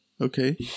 Okay